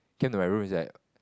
came to my room it's like